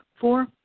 Four